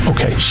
Okay